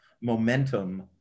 momentum